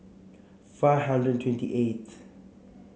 five hundred and twenty eighth